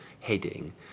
heading